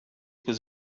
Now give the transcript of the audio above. was